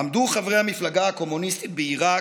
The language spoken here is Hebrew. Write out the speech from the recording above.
עמדו חברי המפלגה הקומוניסטית בעיראק,